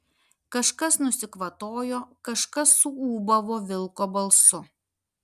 kažkas nusikvatojo kažkas suūbavo vilko balsu